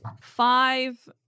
five